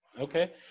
Okay